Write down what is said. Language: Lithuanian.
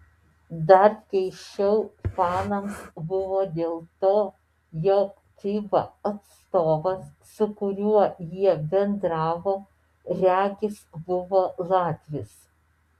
dar keisčiau fanams buvo dėl to jog fiba atstovas su kuriuo jie bendravo regis buvo latvis